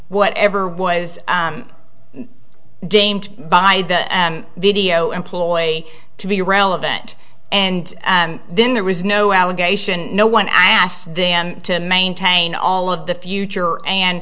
whatever was deemed by the video employee to be relevant and then there was no allegation no one i asked them to maintain all of the future and